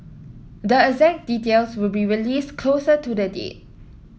the exact details will be released closer to the date